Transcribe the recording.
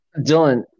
Dylan